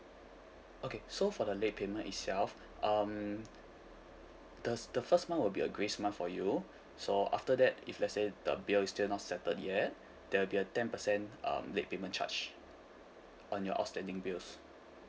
okay so for the late payment itself um the the first month will be a grace month for you so after that if let's say the bill is still not settled yet there'll be a ten percent um late payment charge on your outstanding bills